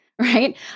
right